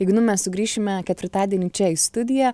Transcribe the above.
ignu mes sugrįšime ketvirtadienį čia į studiją